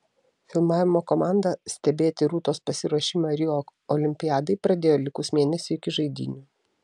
filmavimo komanda stebėti rūtos pasiruošimą rio olimpiadai pradėjo likus mėnesiui iki žaidynių